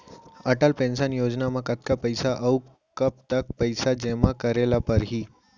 Atal pension योजना म कतका पइसा, अऊ कब तक पइसा जेमा करे ल परही?